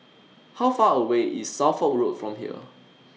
How Far away IS Suffolk Road from here